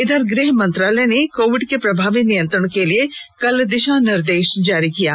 इधर गृह मंत्रालय ने कोविड के प्रभावी नियंत्रण के लिए कल दिशा निर्देश जारी किये